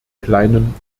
kleinen